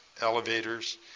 elevators